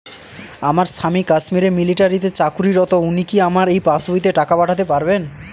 আমার স্বামী কাশ্মীরে মিলিটারিতে চাকুরিরত উনি কি আমার এই পাসবইতে টাকা পাঠাতে পারবেন?